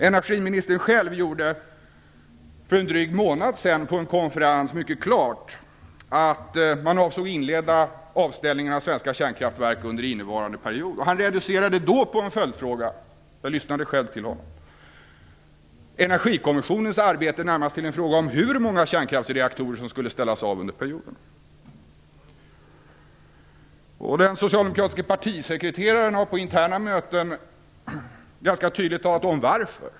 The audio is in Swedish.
Energiministern själv gjorde för en dryg månad sedan på en konferens mycket klart att man avsåg inleda avställningen av svenska kärnkraftverk under innevarande mandatperiod. Han reducerade som svar på en följdfråga - jag lyssnade själv till honom - Energikommissionens arbete närmast till en fråga om hur många kärnkraftsreaktorer som skulle ställas av under perioden. Den socialdemokratiske partisekreteraren har på interna möten ganska tydligt talat om varför.